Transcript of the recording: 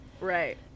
Right